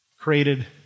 created